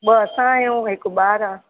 ॿ असां आहियूं हिकु ॿार आहे